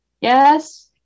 Yes